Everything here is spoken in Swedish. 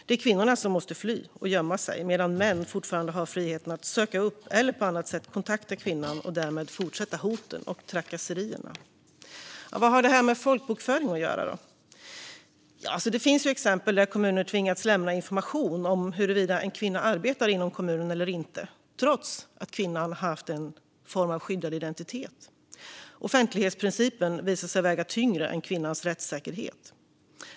Det är kvinnorna som måste fly och gömma sig medan män fortfarande har friheten att söka upp eller på annat sätt kontakta kvinnan och därmed fortsätta hoten och trakasserierna. Vad har då det här med folkbokföring att göra? Jo, det finns exempel där kommuner har tvingats lämna information om huruvida en kvinna arbetar inom kommunen eller inte, trots att kvinnan har haft en form av skyddad identitet. Offentlighetsprincipen visar sig väga tyngre än kvinnans rättssäkerhet.